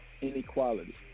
inequality